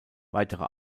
weitere